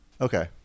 Okay